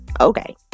Okay